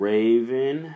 Raven